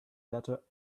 letter